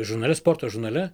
žurnale sporto žurnale